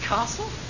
Castle